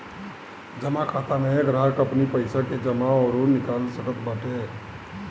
जमा खाता में ग्राहक अपनी पईसा के जमा अउरी निकाल सकत बाटे